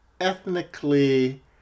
ethnically